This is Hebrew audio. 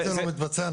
אם זה לא מתבצע,